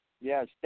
Yes